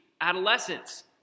adolescence